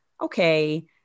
okay